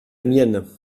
mienne